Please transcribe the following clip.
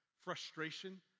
frustration